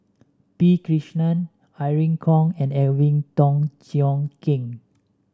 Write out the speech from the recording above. P Krishnan Irene Khong and Alvin Tan Cheong Kheng